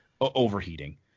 overheating